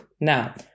now